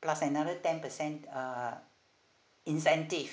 plus another ten percent uh incentive